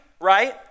right